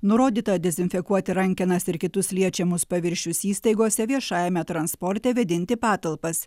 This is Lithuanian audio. nurodyta dezinfekuoti rankenas ir kitus liečiamus paviršius įstaigose viešajame transporte vėdinti patalpas